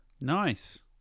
Nice